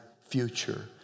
future